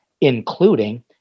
including